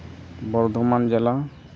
ᱵᱚᱨᱫᱷᱚᱢᱟᱱ ᱡᱮᱞᱟ